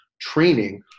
training